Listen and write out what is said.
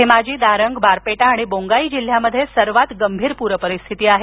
धेमाजी दारंग बारपेटा आणि बोन्गाई जिल्ह्यांमध्ये सर्वात गंभीर पूर परिस्थिती आहे